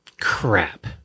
Crap